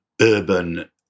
urban